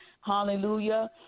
hallelujah